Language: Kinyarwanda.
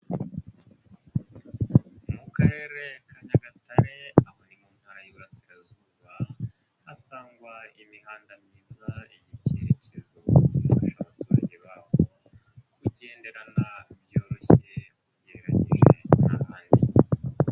Mu Karere ka Nyagatare aho ni mu Ntara y'Iburasirazuba hasangwa imihanda myiza y'icyerekezo ifasha abaturage baho kugenderana byoroshye ugereranyije n'ahandi.